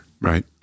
Right